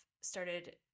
started